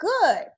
good